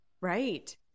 Right